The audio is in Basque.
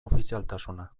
ofizialtasuna